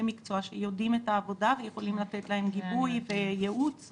מקצוע שיודעים את העבודה ויכולים לתת להם גיבוי וייעוץ.